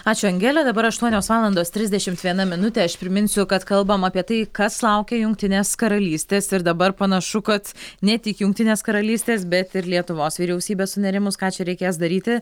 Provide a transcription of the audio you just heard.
ačiū angele dabar aštuonios valandos trisdešimt viena minutė aš priminsiu kad kalbam apie tai kas laukia jungtinės karalystės ir dabar panašu kad ne tik jungtinės karalystės bet ir lietuvos vyriausybė sunerimus ką čia reikės daryti